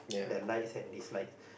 the likes and dislikes